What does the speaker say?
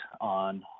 on